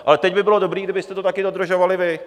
Ale teď by bylo dobré, kdybyste to taky dodržovali vy.